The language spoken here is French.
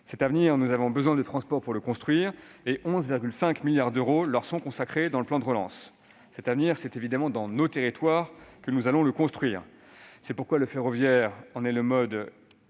Cet avenir, nous avons besoin de transports pour le construire : 11,5 milliards d'euros leur sont consacrés dans le plan de relance. Cet avenir, c'est dans nos territoires que nous allons le construire. C'est pourquoi le ferroviaire est le mode